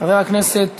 חבר הכנסת